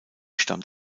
stammt